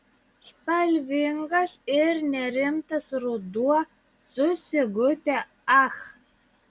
spalvingas ir nerimtas ruduo su sigute ach